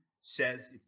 says